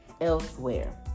elsewhere